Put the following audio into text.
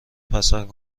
پسند